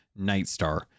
Nightstar